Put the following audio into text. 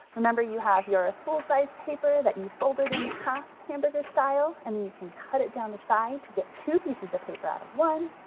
remember you have your full size paper that you folded in half hamburger style and then you can cut it down the side to get two pieces of paper out of one.